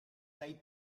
dai